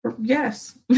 yes